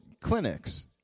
clinics